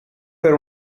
per